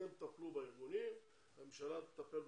אתם תטפלו בארגונים והממשלה תטפל במשרדים.